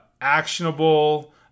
actionable